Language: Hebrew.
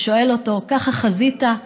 והוא שואל אותו: ככה חזית?